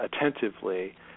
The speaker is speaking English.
Attentively